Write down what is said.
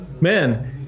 man